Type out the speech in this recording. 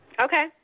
Okay